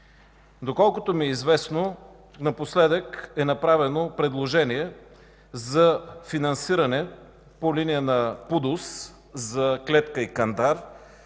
Доколкото ми е известно, напоследък е направено предложение за финансиране по линия на ПУДООС за клетка и кантар,